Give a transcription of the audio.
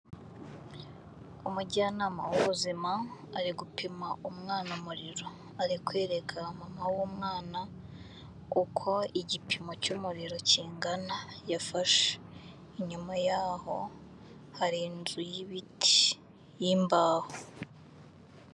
Umujyanama w'ubuzima ari gupima umwana umuriro, ari kwereka mama w'umwana uko igipimo cy'umuriro kingana yafashe, inyuma yaho hari inzu y'ibiti y'imbaho.